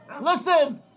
Listen